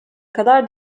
kadar